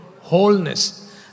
wholeness